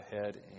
ahead